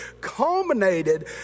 culminated